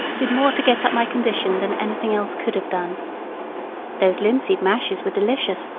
did more to get up my condition than anything else could have done those linseed mashes were delicious,